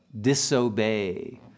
disobey